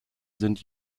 sind